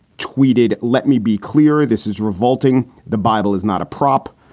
tweeted, let me be clear, this is revolting. the bible is not a prop.